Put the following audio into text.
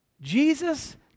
Jesus